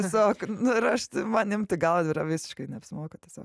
tiesiog ir aš man imt į galvą yra visiškai neapsimoka tiesa